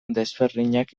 desberdinak